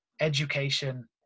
education